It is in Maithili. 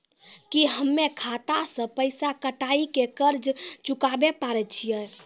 की हम्मय खाता से पैसा कटाई के कर्ज चुकाबै पारे छियै?